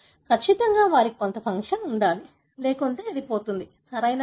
ఖచ్చితంగా వారికి కొంత ఫంక్షన్ ఉండాలి లేకుంటే అది పోతుంది సరియైనదా